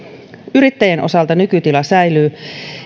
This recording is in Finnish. yrittäjien osalta nykytila säilyy